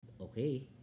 okay